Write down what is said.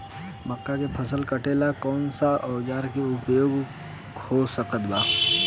मक्का के फसल कटेला कौन सा औजार के उपयोग हो सकत बा?